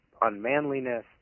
unmanliness